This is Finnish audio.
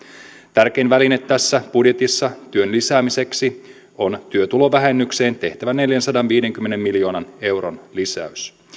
tärkein väline tässä budjetissa työn lisäämiseksi on työtulovähennykseen tehtävä neljänsadanviidenkymmenen miljoonan euron lisäys